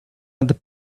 other